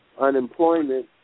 unemployment